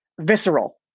visceral